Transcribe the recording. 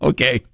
Okay